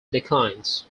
declines